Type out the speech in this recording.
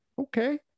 okay